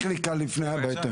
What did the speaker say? רגע, רגע.